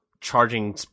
charging